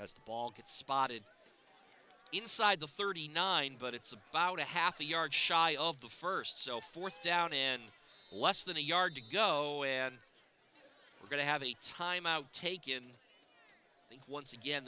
as the ball gets spotted inside the thirty nine but it's about a half a yard shy of the first so fourth down in less than a yard to go and we're going to have a timeout take in the once again